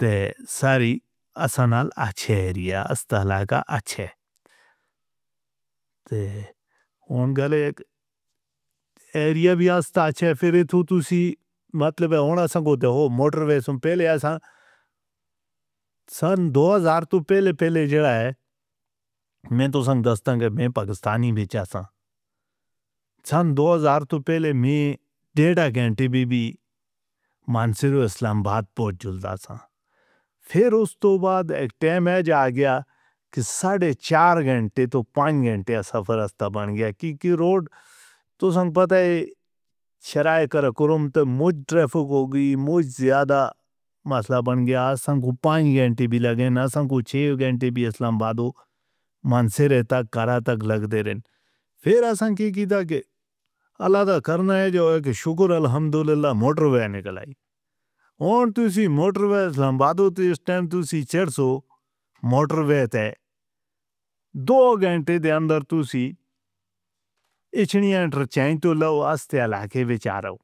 تے ساری اسنانا اچھیریا اسطلاگہ اچھے۔ تے ہون گلے اک ایریا بھی اسطلاچ ہے فیری تو تسی مطلب ہے، ہون اسنگو دیکھو موٹر ویس ہون پہلے ہیں سان، سن دوہزار تو پہلے پہلے جڑا ہے، میں تو سن دس تنگ ہے، میں پاکستانی وچ آساں، سن دوہزار تو پہلے میں ڈیڑا گھنٹے بھی بھی منصیر اسلاہمباد پہنچ جلتاساں۔ پھر اس تو بعد اک ٹیم ہے جا گیا کہ ساڑھے چار گھنٹے تو پانچ گھنٹے سفر استہ بن گیا، کیونکہ روڈ تو سن پتا ہے شرائے کرکرم تو مج ترافک ہو گی، مج زیادہ مسئلہ بن گیا سان کو پانچ گھنٹے بھی لگے ہیں، سان کو چھ گھنٹے بھی اسلاہمباد ہو، منصیر تک کرا تک لگ دے رہن۔ پھر سان کی کیتا کہ اللہ دا کرنا ہے جو ایک شکر الحمدللہ موٹر وے نکلائی، ہون تسی موٹر وے اسلاہمباد ہو تے اس ٹیم تسی چڑسو موٹر وے تے دو گھنٹے دے اندر تسی اچھنیانٹر چائنٹوں لو اس تے علاقے وچھ آ رو،